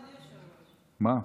אדוני היושב-ראש, אני אחרי,